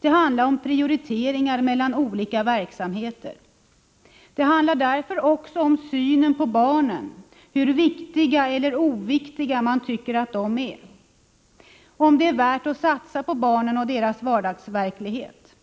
Det handlar om prioriteringar mellan olika verksamheter. Det handlar därför också om synen på barnen, hur viktiga eller oviktiga man tycker att de är — om det är värt att satsa på barnen och deras vardagsverklighet.